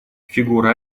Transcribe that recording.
фигура